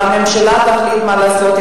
והממשלה תחליט מה לעשות,